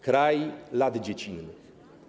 Kraj lat dziecinnych!